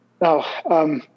Now